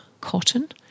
Cotton